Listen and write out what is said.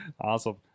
Awesome